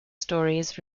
stories